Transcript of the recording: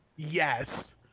Yes